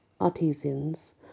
artisans